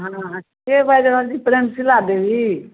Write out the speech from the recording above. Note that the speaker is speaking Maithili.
हँ केँ बाजि रहल छी प्रेमशिला देवी